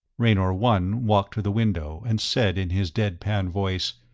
raynor one walked to the window and said in his deadpan voice,